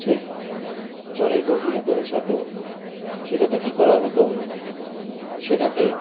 ঠিক জলের গভীরে পৌঁছতো সেটাতে কী করা হতো সেটাতে